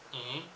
mmhmm